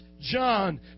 John